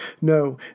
No